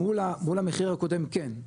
מול המחיר הקודם כן,